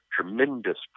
tremendous